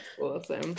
awesome